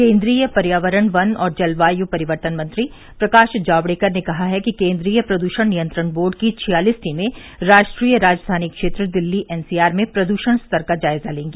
केन्द्रीय पर्यावरण वन और जलवाय परिवर्तन मंत्री प्रकाश जावडेकर ने कहा है कि केंद्रीय प्रद्षण नियंत्रण बोर्ड की छियालिस टीमें से राष्ट्रीय राजधानी क्षेत्र दिल्ली एनसीआर में प्रदूषण स्तर का जायजा लेंगी